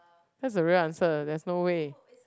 that's the real answer there's no way